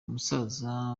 umusaza